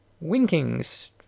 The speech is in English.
Winkings